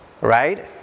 Right